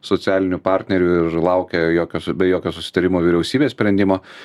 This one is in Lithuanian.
socialinių partnerių ir laukia jokios be jokio susitarimo vyriausybės sprendimo